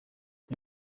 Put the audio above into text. ndi